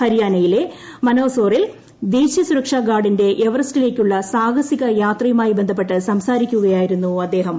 ഹര്യാനയിലെ മനേസറിൽ ദേശീയ സുരക്ഷാ ഗാർഡിന്റെ എവറസ്റ്റിലേക്കുള്ള സാഹസിക യാത്രയുമായി ബന്ധപ്പെട്ട് സംസാരിക്കുകയായിരുന്നു അദ്ദേഹം